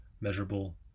measurable